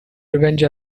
revenge